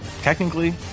technically